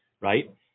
Right